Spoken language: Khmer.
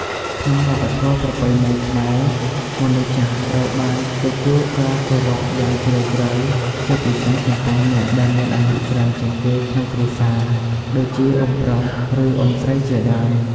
ក្នុងវប្បធម៌ប្រពៃណីខ្មែរ មនុស្សចាស់ត្រូវបានទទួលការគោរពយ៉ាងជ្រាលជ្រៅ ជាពិសេសចំពោះអ្នកដែលមានអាយុច្រើនជាងគេក្នុងគ្រួសារ ដូចជាអ៊ុំប្រុស ឬ អ៊ុំស្រីជាដើម។